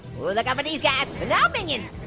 ooh look out for these guys. hello minions!